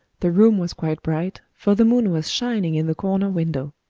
the room was quite bright, for the moon was shining in the corner window.